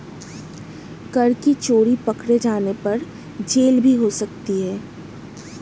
कर की चोरी पकडे़ जाने पर जेल भी हो सकती है